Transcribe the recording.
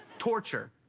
torture.